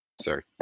Sorry